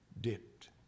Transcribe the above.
dipped